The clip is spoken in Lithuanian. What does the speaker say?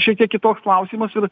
šiek tiek kitoks klausimas ir